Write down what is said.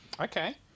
Okay